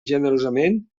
generosament